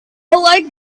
like